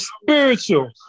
spiritual